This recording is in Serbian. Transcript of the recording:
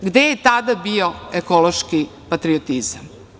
Gde je tada bio ekološki patriotizam?